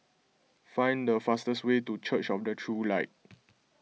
find the fastest way to Church of the True Light